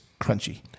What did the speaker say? crunchy